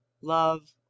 Love